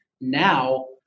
now